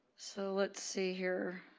so let's see here.